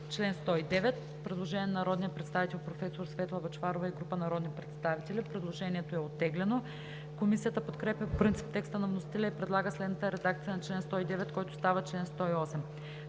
чл. 109 има предложение на народния представител професор Светла Бъчварова и група народни представители. Предложението е оттеглено. Комисията подкрепя по принцип текста на вносителя и предлага следната редакция на чл. 109, който става чл. 108: